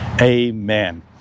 Amen